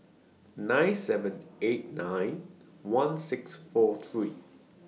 nine seven eight nine one six four three